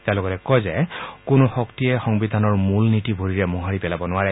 তেওঁ লগতে কয় যে কোনো শক্তিয়ে সংবিধানৰ মূল নীতি ভৰিৰে মোহাৰি পেলাব নোৱাৰে